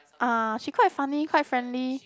uh she quite funny quite friendly